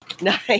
Nice